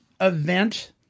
event